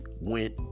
went